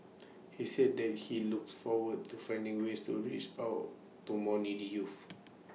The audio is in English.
he said that he looks forward to finding ways to reach out to more needy youths